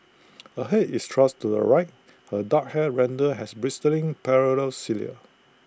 her Head is thrust to the right her dark hair rendered has bristling parallel cilia